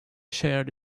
shared